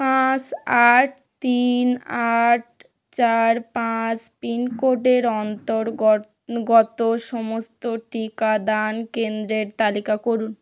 পাঁচ আট তিন আট চার পাঁচ পিনকোডের অন্তর্গত গত সমস্ত টিকাদান কেন্দ্রের তালিকা করুন